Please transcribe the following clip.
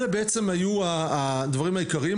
ואלה בעצם היו הדברים העיקריים,